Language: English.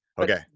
okay